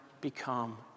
become